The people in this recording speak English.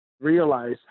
realize